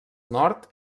nord